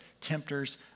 tempters